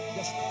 Yes